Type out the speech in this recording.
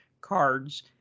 cards